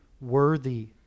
worthy